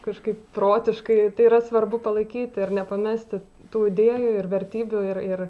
kažkaip protiškai tai yra svarbu palaikyti ir nepamesti tų idėjų ir vertybių ir ir